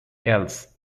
else